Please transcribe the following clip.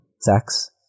sex